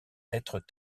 être